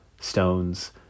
stones